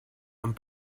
and